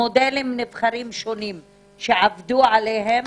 מודלים נבחרים שעבדו עליכם